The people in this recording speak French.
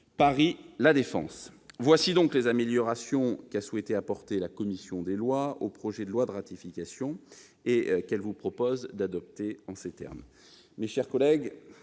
Paris La Défense. Telles sont donc les améliorations qu'a souhaité apporter la commission au projet de loi de ratification et qu'elle vous propose d'adopter en ces termes. Mes chers collègues,